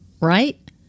right